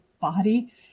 body